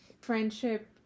friendship